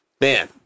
Man